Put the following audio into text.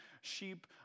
sheep